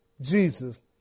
Jesus